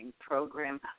Program